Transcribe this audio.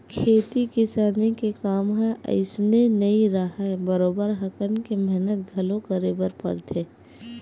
खेती किसानी के काम ह अइसने नइ राहय बरोबर हकन के मेहनत घलो करे बर परथे